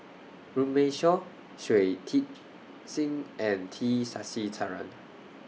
Runme Shaw Shui Tit Sing and T Sasitharan